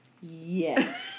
Yes